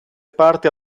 parte